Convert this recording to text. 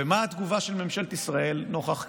מה התגובה של ממשלת ישראל נוכח כך?